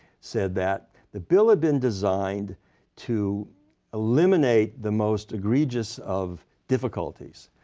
said that the bill had been designed to eliminate the most egregious of difficulties.